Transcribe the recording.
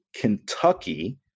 Kentucky